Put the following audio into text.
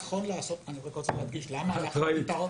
אני רק רוצה להדגיש -- את לא היית.